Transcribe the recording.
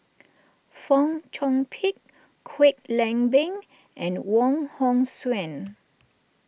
Fong Chong Pik Kwek Leng Beng and Wong Hong Suen